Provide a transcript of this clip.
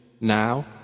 now